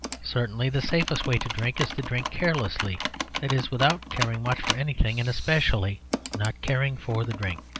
certainly the safest way to drink is to drink carelessly that is, without caring much for anything, and especially not caring for the drink.